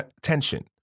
tension